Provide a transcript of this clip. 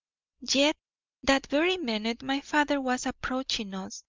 yet that very minute my father was approaching us,